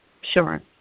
Sure